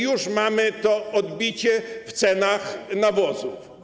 Już mamy to odbicie w cenach nawozów.